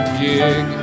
gig